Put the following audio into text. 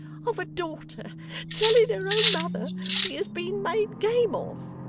of a daughter telling her own mother she has been made game of